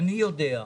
ואני יודע,